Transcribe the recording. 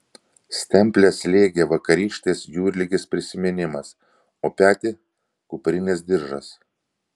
stemplę slėgė vakarykštės jūrligės prisiminimas o petį kuprinės diržas